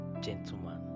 gentleman